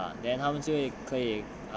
ya then 他们就可以